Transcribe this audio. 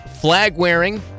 flag-wearing